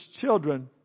children